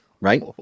right